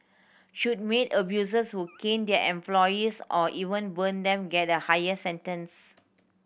should maid abusers who cane their employees or even burn them get higher sentence